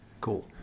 cool